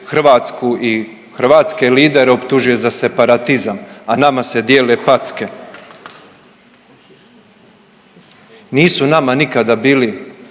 Hrvatsku i hrvatske lidere optužuje za separatizam, a nama se dijele packe. Nisu nama nikada bili,